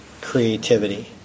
creativity